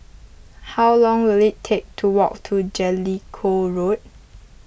how long will it take to walk to Jellicoe Road